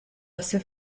hace